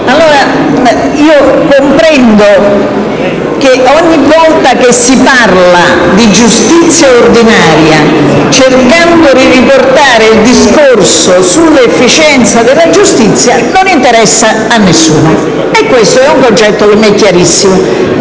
seduta. Comprendo che ogni volta che si parla di giustizia ordinaria, cercando di riportare il discorso sull'efficienza della giustizia, non interessa a nessuno. E questo è un concetto che mi è chiarissimo.